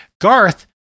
garth